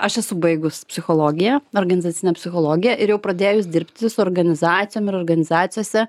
aš esu baigus psichologiją organizacinę psichologiją ir jau pradėjus dirbti su organizacijom ir organizacijose